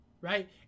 right